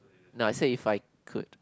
nah I said if I could